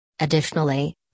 Additionally